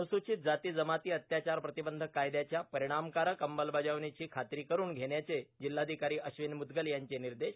अनुसूचित जाती जमाती अत्याचार प्रतिबंधक कायद्याच्या परिणामकारक अंमलबजावणीची खात्री करून घेण्याचे जिल्हाधिकारी अश्विन म्रद्गल यांचे निर्देश